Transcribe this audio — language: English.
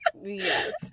Yes